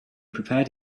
prepared